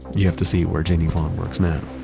you have to see where janie vaughn works now